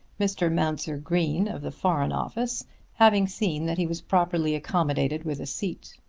mr. mounser green of the foreign office having seen that he was properly accommodated with a seat.